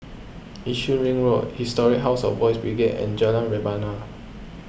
Yishun Ring Road History House of Boys' Brigade and Jalan Rebana